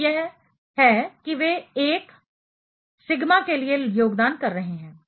तो यह है कि वे 1 सिग्मा के लिए योगदान कर रहे हैं